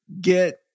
get